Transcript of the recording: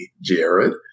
Jared